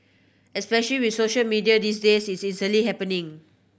especial with social media these days it's easily happening